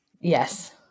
Yes